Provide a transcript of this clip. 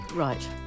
Right